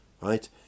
right